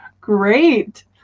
Great